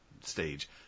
stage